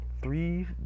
three